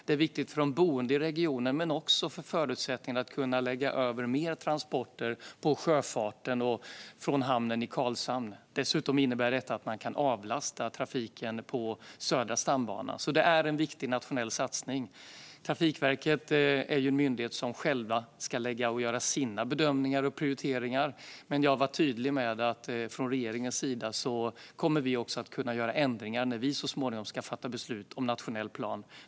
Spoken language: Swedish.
Det är viktigt för de boende i regionen men också för förutsättningen att kunna lägga över mer transporter på sjöfarten från hamnen i Karlshamn. Dessutom innebär detta att man kan avlasta trafiken på Södra stambanan. Detta är alltså en viktig nationell satsning. Trafikverket är en myndighet som själv ska göra sina bedömningar och prioriteringar, men jag var tydlig med att regeringen kommer att kunna göra ändringar när vi så småningom ska fatta beslut om den nationella planen.